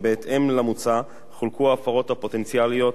בהתאם למוצע חולקו ההפרות הפוטנציאליות